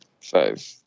Five